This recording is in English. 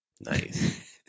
Nice